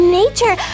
nature